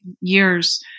years